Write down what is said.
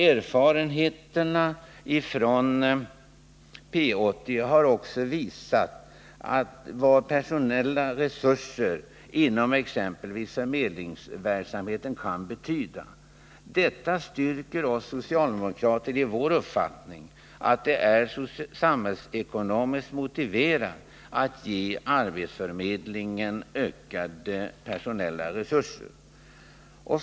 Erfarenheterna av P 80 har också visat vad personella resurser inom exempelvis förmedlingsverksamheten kan betyda. Detta styrker oss socialdemokrater i vår uppfattning att det är samhällsekonomiskt motiverat att ge arbetsförmedlingen utökade personella resurser.